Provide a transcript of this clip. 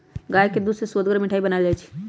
गाय के दूध से सुअदगर मिठाइ बनाएल जाइ छइ